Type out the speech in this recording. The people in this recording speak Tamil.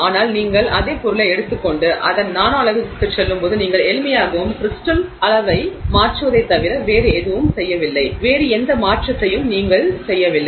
ஆனால் நீங்கள் அதே பொருளை எடுத்துக் கொண்டு அதன் நானோ அளவிற்குச் செல்லும்போது நீங்கள் எளிமையாகவும் கிரிஸ்டல் அளவை மாற்றுவதைத் தவிர வேறு எதுவும் செய்யவில்லை வேறு எந்த மாற்றத்தையும் நீங்கள் செய்யவில்லை